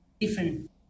different